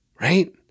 right